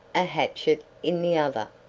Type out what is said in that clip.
a hatchet in the other.